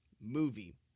movie